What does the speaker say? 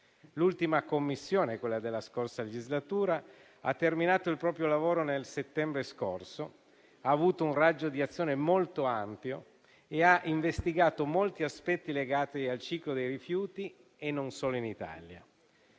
L'ultima Commissione, quella della scorsa legislatura, ha terminato il proprio lavoro nel settembre scorso, con un raggio di azione molto ampio, investigando molti aspetti legati al ciclo dei rifiuti e non solo in Italia.